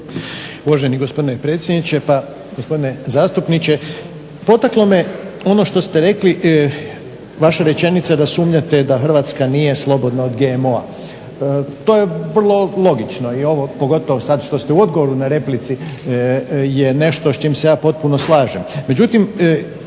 Uvaženi gospodine predsjedniče. Pa gospodine zastupniče, potaklo me ono što ste rekli vaša rečenica da sumnjate da Hrvatska nije slobodna od GMO-a, to je vrlo logično i pogotovo ovo sada što ste u odgovoru na replici je nešto s čim se ja potpuno slažem.